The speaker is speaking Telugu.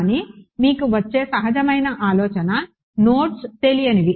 కానీ మీకు వచ్చే సహజమైన ఆలోచన నోడ్స్ తెలియనివి